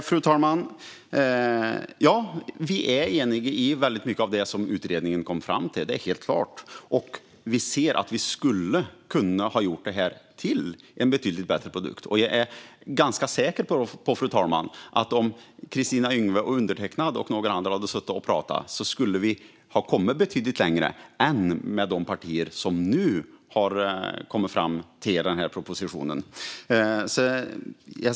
Fru talman! Vi är eniga om väldigt mycket av det som utredningen kom fram till; det är helt klart. Och vi skulle ha kunnat göra detta till en betydligt bättre produkt. Fru talman! Jag är ganska säker på att om Kristina Yngwe, jag och några andra hade suttit och pratat skulle vi ha kommit betydligt längre än de partier som nu har arbetat fram denna proposition.